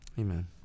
Amen